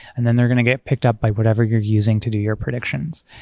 and then they're going to get picked up by whatever you're using to do your predictions.